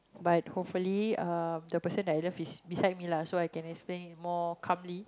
but hopefully uh the person I love is beside me lah so I can explain it more calmly